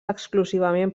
exclusivament